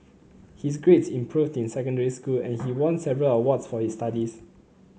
his grades improved in secondary school and he won several awards for his studies